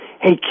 Hey